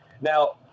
Now